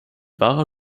wahrer